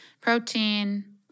protein